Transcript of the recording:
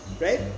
Right